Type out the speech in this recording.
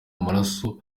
amaraso